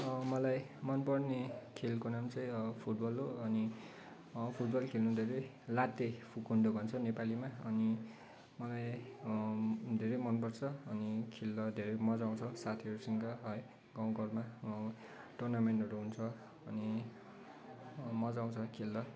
मलाई मनपर्ने खेलको नाम चाहिँ फुटबल हो अनि फुटबल खेल्नु धेरै लात्तेभकुन्डो भन्छ नेपालीमा अनि मलाई धेरै मनपर्छ अनि खेल्दा धेरै मज्जा आउँछ साथीहरूसँग है गाउँ घरमा टुर्नामेन्टहरू हुन्छ अनि मज्जा आउँछ खेल्दा